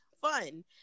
fun